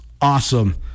awesome